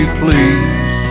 please